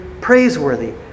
praiseworthy